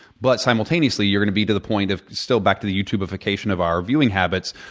but simultaneously, you're going to be to the point of still, back to the you tubification of our viewing habits,